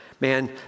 Man